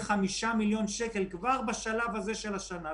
85 מיליון שקלים כבר בשלב הזה של השנה,